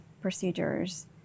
procedures